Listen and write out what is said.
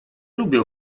lubię